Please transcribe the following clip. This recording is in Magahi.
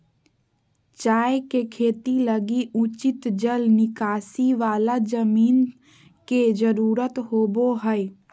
चाय के खेती लगी उचित जल निकासी वाला जमीन के जरूरत होबा हइ